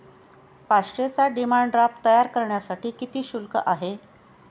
पाचशेचा demand draft तयार करण्यासाठी किती शुल्क आहे?